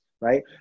right